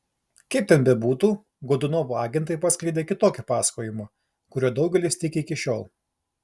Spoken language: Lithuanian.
kaip ten bebūtų godunovo agentai paskleidė kitokį pasakojimą kuriuo daugelis tiki iki šiol